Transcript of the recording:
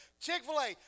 Chick-fil-A